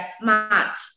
smart